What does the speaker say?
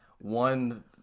one